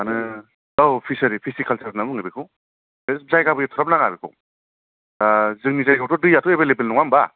माने औ फिसारि फिसिकालसार होनना बुङो बेखौ जायगाबो एफाग्राब नाङा बेखौ दा जोंनि जायगायावथ दैया एभेलेबल नङा होनबा